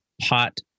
pot